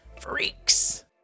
Freaks